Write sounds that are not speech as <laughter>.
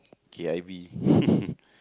K_I_V <laughs>